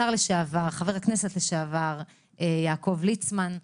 השר לשעבר וחבר הכנסת לשעבר יעקב ליצמן,